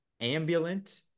ambulant